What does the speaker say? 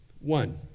One